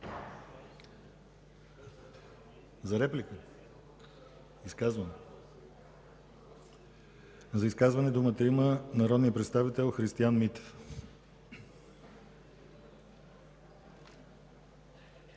и реплики от дясно.) За изказване думата има народният представител Христиан Митев.